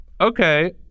Okay